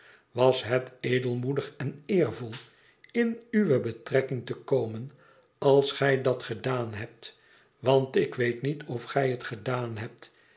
was het edelmoedig en eervol in uwe betrekking te komen als gij dat gedaan hebt want ik weet niet of gij het gedaan hebt